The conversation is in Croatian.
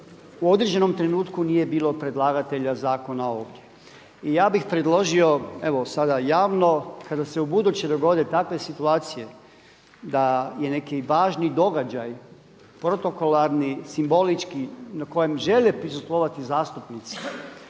u određenom trenutku nije bilo predlagatelja zakona ovdje. I ja bih predložio evo sada javno kada se ubuduće dogode takve situacije da je neki važni događaj protokolarni, simbolički na kojem žele prisustvovati zastupnici